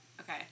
Okay